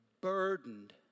burdened